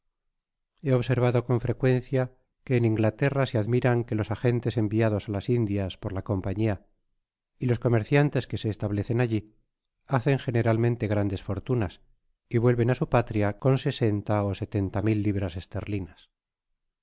he observado con frecuencia que en inglaterra se admiran que os agentes enviados á las indias por la compañia y los comerciantes que se establecen alli hacen generalmente grandes fortunas y vuelven á su patria con sesenta ó setenta mil libras esterlinas